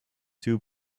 two